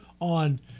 on –